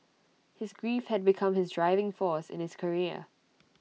his grief had become his driving force in his career